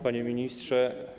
Panie Ministrze!